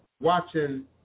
watching